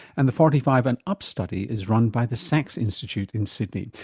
and the forty five and up study is run by the sax institute in sydney.